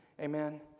Amen